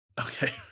okay